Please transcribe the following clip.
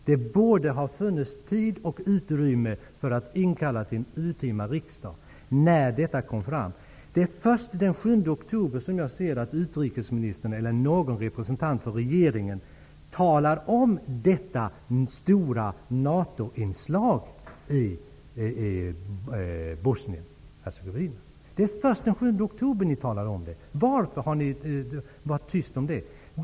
Det borde ha funnits tid och utrymme för att inkalla en urtima riksdag när detta kom fram. Det är först den 7 oktober som jag ser att utrikesministern eller någon representant från regeringen talar om detta stora NATO-inslag i Bosnien-Hercegovina. Det är först den 7 oktober ni talar om det. Varför har ni varit tysta om detta?